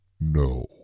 No